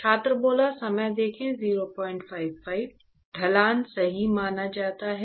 ढलान सही माना जाता है